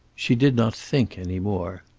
she did not think any more.